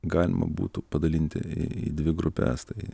galima būtų padalinti į dvi grupes tai